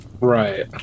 right